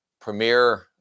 premier